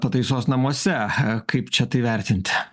pataisos namuose kaip čia tai vertinti